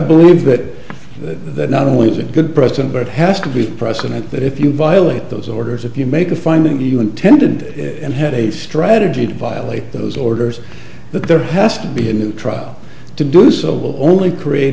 believe that that not only is a good person but it has to be precedent that if you violate those orders if you make a finding that you intended and had a strategy to violate those orders that there has to be a new trial to do so will only create